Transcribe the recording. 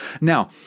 Now